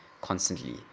constantly